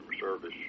service